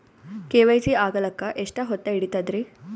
KYC ಆಗಲಕ್ಕ ಎಷ್ಟ ಹೊತ್ತ ಹಿಡತದ್ರಿ?